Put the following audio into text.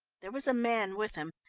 there was a man with him,